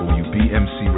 wbmc